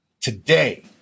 Today